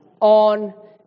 on